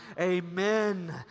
Amen